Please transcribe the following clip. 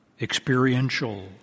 experiential